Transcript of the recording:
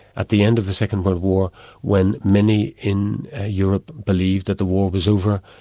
at the end of the second world war when many in europe believed that the war was over,